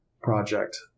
project